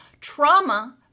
trauma